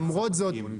למרות זאת